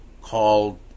called